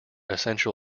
essential